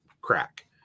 crack